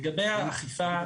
לגבי האכיפה,